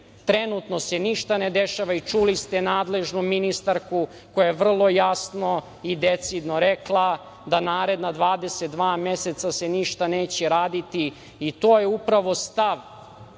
Trenutno se ništa ne dešava i čuli ste nadležnu ministarku koja je vrlo jasno i decidno rekla da naredna 22 meseca se ništa neće raditi, i to je upravo stav